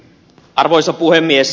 arvoisa puhemies